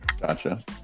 Gotcha